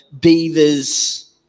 beaver's